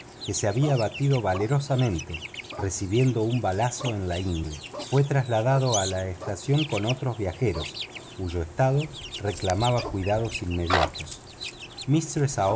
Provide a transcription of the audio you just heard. que se había batido valerosamente recibiendo un balazo en la ingle fue trasladado a la estación con otros viajeros cuyo estado reclamaba cuidados inmediatos